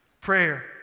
prayer